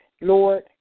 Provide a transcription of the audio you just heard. Lord